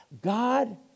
God